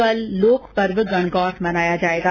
कल लोकपर्व गणगौर मनाया जाएगा